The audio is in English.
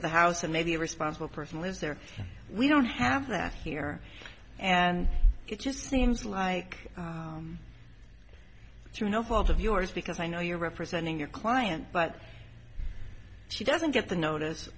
to the house and maybe a responsible person lives there we don't have that here and it just seems like through no fault of yours because i know you're representing your client but she doesn't get the notice